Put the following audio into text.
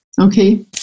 okay